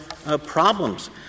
Problems